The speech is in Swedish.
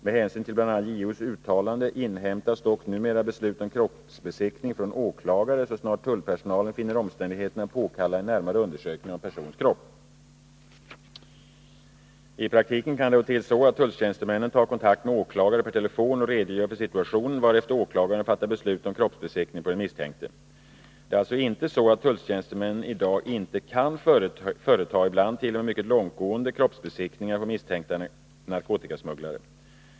Med hänsyn till bl.a. JO:s uttalande inhämtas dock numera beslut om kroppsbesiktning från åklagare så snart tullpersonalen finner omständigheterna påkalla en närmare undersökning av en persons kropp. I praktiken kan det gå till så att tulltjänstemännen tar kontakt med åklagare per telefon och redogör för situationen, varefter åklagaren fattar beslut om kroppsbesiktning på den misstänkte. Det är alltså inte så att tulltjänstemän i dag inte kan företa ibland t.o.m. mycket långtgående kroppsbesiktningar på misstänkta narkotikasmugglare.